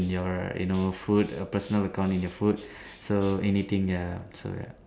in your you know food a personal account in your food so anything ya so ya